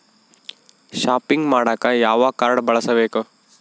Shopping ಮಾಡಾಕ ಯಾವ card ಬಳಸಬೇಕು?